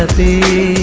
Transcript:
the